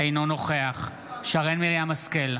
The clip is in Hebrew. אינו נוכח שרן מרים השכל,